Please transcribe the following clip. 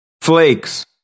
Flakes